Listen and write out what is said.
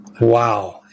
Wow